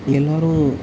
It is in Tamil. எல்லோரும்